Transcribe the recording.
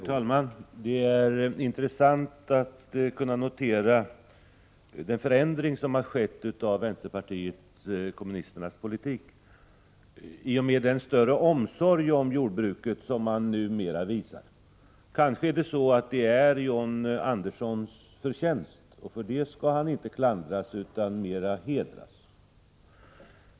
Herr talman! Det är intressant att notera den förändring som har skett av vänsterpartiet kommunisternas politik. Numera visar man större omsorg om jordbruket. Kanske är det John Anderssons förtjänst, och för det skall han inte klandras utan hedras.